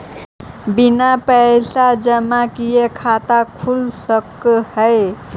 बिना पैसा जमा किए खाता खुल सक है?